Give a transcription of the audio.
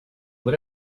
what